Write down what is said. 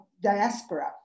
diaspora